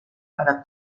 para